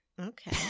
Okay